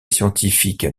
scientifique